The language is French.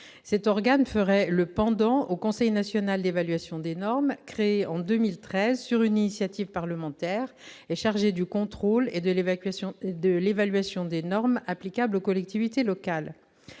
cet organe ferait le pendant, au Conseil national d'évaluation des normes, créé en 2013 sur une initiative parlementaire, est chargée du contrôle et de l'évacuation de l'évaluation des normes applicables aux collectivités locales